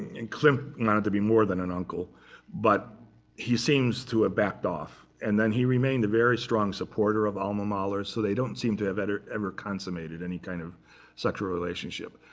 and klimt not to be more than an uncle but he seems to have ah backed off. and then he remained a very strong supporter of alma mahler, so they don't seem to have ever ever consummated any kind of sexual relationship.